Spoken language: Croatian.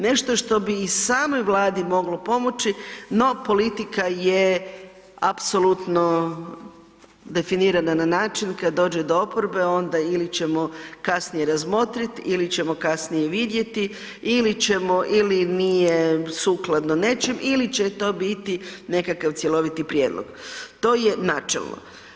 Nešto što bi i samoj Vladi moglo pomoći, no politika je apsolutno definirana na način kad dođe do oporbe onda ili ćemo kasnije razmotriti ili ćemo kasnije vidjeti ili ćemo ili nije sukladno nečem ili će to biti nekakav cjeloviti prijedlog, to je načelno.